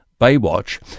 Baywatch